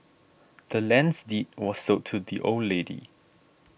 the land's deed was sold to the old lady